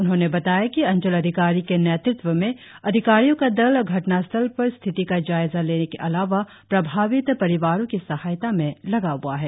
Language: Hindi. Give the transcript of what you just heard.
उन्होंने बताया कि अंचल अधिकारी के नेतृत्व में अधिकारियो का दल घटनास्थल पर स्थिति का जायजा लेने के अलावा प्रभावित परिवारो की सहायता में लगा हआ है